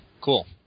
cool